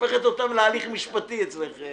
פעם אחת תעשו מה שצריך.